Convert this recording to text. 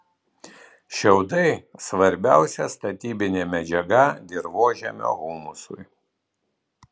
šiaudai svarbiausia statybinė medžiaga dirvožemio humusui